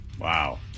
Wow